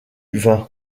vint